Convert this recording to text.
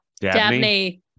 Dabney